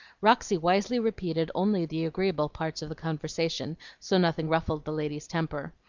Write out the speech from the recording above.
roxy wisely repeated only the agreeable parts of the conversation so nothing ruffled the lady's temper.